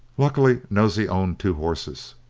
luckily nosey owned two horses,